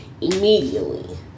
immediately